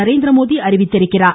நரேந்திரமோடி தெரிவித்துள்ளார்